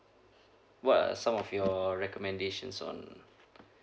what are some of your recommendations on